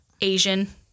Asian-